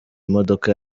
imodoka